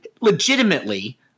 legitimately